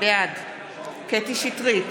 בעד קטי קטרין שטרית,